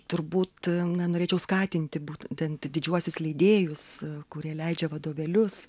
turbūt na norėčiau skatinti būtent didžiuosius leidėjus kurie leidžia vadovėlius